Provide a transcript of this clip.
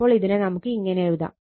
അപ്പോൾ ഇതിനെ നമുക്ക് ഇങ്ങനെ എഴുതാം